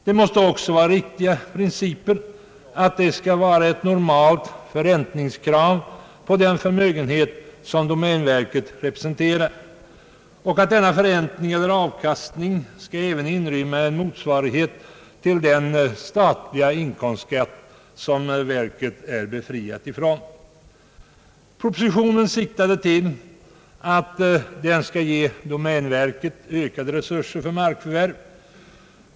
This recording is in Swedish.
Det måste också vara riktiga principer att man skall ha ett normalt förräntningskrav på den förmögenhet som domänverket representerar och att denna förräntning eller avkastning även skall inrymma en motsvarighet till den statliga inkomstskatt, som verket är befriat från. Propositionen siktar till att ge "domänverket ökade resurser för markförvärv.